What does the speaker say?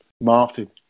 Martin